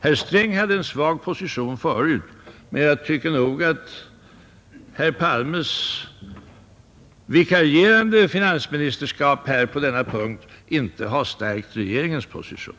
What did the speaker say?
Herr Sträng hade en svag position förut, men jag tycker nog att herr Palmes vikarierande finansministerskap på denna punkt inte har stärkt regeringens position.